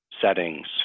Settings